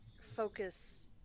focus